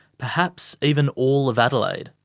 perhaps even all of adelaide.